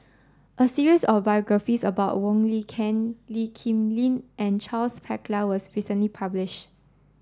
a series of biographies about Wong Lin Ken Lee Kip Lin and Charles Paglar was recently publish